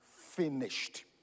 finished